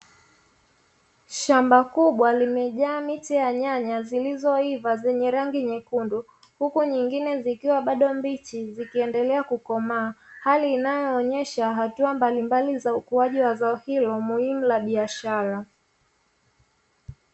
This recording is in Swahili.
Shamba kubwa limejaa miti ya nyanya zilizoiva zenye rangi nyekundu huku nyingine zikiwa bado mbichi, zikiendelea kukomaa hali inayo onesha ukuwaji wa zao hilo muhimu la biashara.